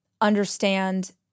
understand